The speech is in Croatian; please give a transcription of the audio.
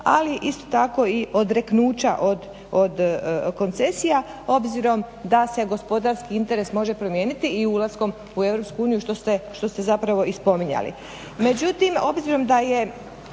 ali isto tako i odreknuća od koncesija obzirom da se gospodarski interes može promijeniti i ulaskom u Europsku uniju što ste zapravo i spominjali.